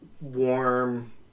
warm